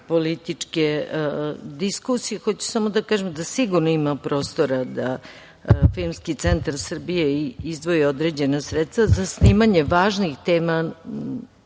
političke diskusije. Hoću samo da kažem da sigurno ima prostora da Filmski centar Srbije izdvoji određena sredstva za snimanje važnih tema